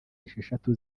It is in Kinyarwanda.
esheshatu